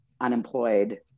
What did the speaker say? unemployed